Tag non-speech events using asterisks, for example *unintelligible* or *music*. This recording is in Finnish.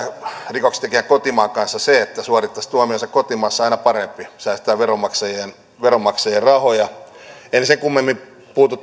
rikoksentekijän kotimaan kanssa että suorittaisi tuomionsa kotimaassa aina parempi säästetään veronmaksajien veronmaksajien rahoja en sen kummemmin puutu *unintelligible*